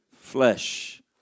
Flesh